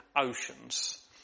oceans